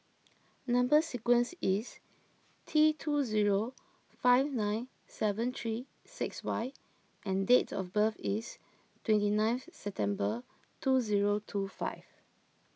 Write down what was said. Number Sequence is T two zero five nine seven three six Y and dates of birth is twenty ninth September two zero two five